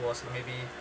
was maybe